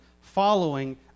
following